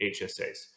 HSAs